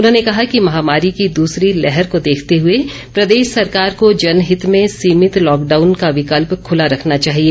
उन्होंने कहा कि महामारी की दूसरी लहर को देखते हुए प्रदेश सरकार को जनहित में सीमित लॉकडाउन का विकल्प खुला रखना चाहिए